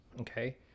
okay